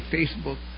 Facebook